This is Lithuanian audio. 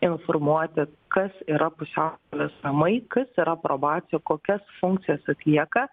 informuoti kas yra pusiaukelės namai kas yra probacija kokias funkcijas atlieka